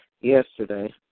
yesterday